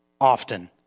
often